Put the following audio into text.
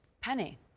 Penny